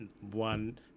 one